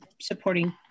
supporting